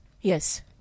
Yes